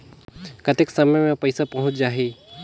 कतेक समय मे पइसा पहुंच जाही?